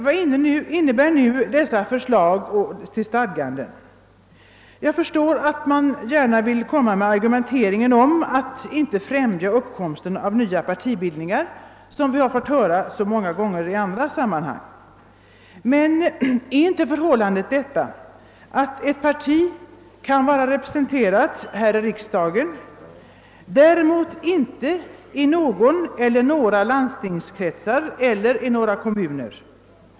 Vad innebär då dessa förslag till stadganden? Jag förstår att man gärna vill anföra argumentet att uppkomsten av nya partibildningar inte bör främjas — det har vi fått höra i många andra sammanhang. Men är inte förhållandet detta, att ett parti kan vara representerat här i riksdagen men däremot inte i något eller några landstingskretsar eller kommuner.